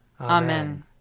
Amen